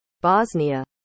Bosnia